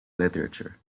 literature